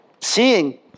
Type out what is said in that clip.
Seeing